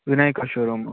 Vinayaka showroom